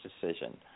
decision